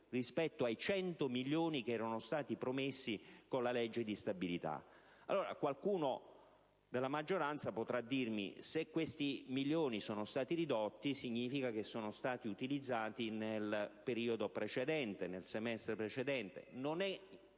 rispetto ai 100 milioni che erano stati promessi con la legge di stabilità. Qualcuno della maggioranza potrà dirmi che se questi milioni sono stati ridotti significa che sono stati utilizzati nel semestre precedente. Non è